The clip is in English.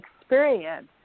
experience